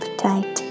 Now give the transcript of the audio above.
tight